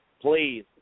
please